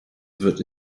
wird